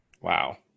Wow